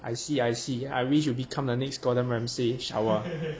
I see I see I wish you become the next gordon ramsay